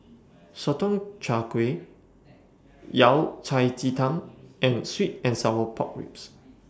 Sotong Char Kway Yao Cai Ji Tang and Sweet and Sour Pork Ribs